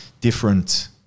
different